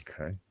Okay